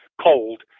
cold